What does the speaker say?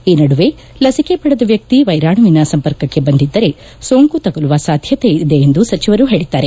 ಈ ನಡುವೆ ಲಸಿಕೆ ಪಡೆದ ವ್ಯಕ್ತಿ ವೈರಾಣುವಿನ ಸಂಪರ್ಕಕ್ಕೆ ಬಂದಿದ್ದರೆ ಸೋಂಕು ತಗುಲುವ ಸಾಧ್ಯತೆ ಇದೆ ಎಂದು ಸಚಿವರು ಹೇಳಿದ್ದಾರೆ